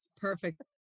perfect